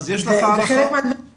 וחלק מהדברים